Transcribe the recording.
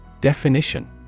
Definition